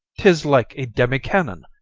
tis like a demi-cannon.